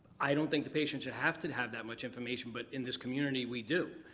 i don't think the patient should have to have that much information, but in this community we do.